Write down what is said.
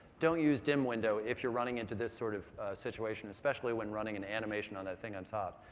don't use dim window if you're running into this sort of situation, especially when running an animation on that thing on top.